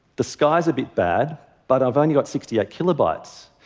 the sky is a bit bad, but i've only got sixty eight kilobytes.